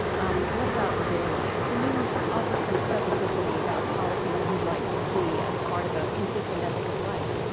um what about their lives? can you offer some specificity about policies you'd like to see as part of a consistent ethic of life?